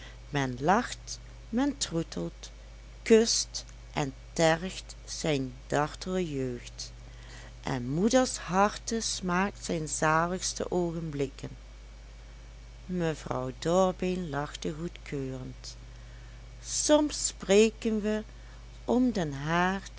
men lacht men troetelt kust en tergt zijn dartle jeugd en moeders harte smaakt zijn zaligste oogenblikken mevrouw dorbeen lachte goedkeurend soms spreken we om den haard